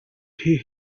hid